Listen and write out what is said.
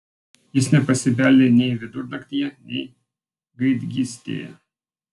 jis nepasibeldė nei vidurnaktyje nei gaidgystėje